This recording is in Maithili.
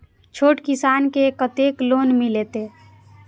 छोट किसान के कतेक लोन मिलते?